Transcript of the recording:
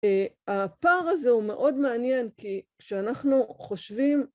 הפער הזה הוא מאוד מעניין כי כשאנחנו חושבים